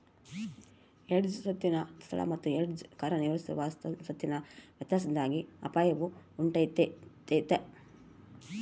hedge ಸ್ವತ್ತಿನ ಸ್ಥಳ ಮತ್ತು ಹೆಡ್ಜ್ ಕಾರ್ಯನಿರ್ವಹಿಸುವ ಸ್ವತ್ತಿನ ವ್ಯತ್ಯಾಸದಿಂದಾಗಿ ಅಪಾಯವು ಉಂಟಾತೈತ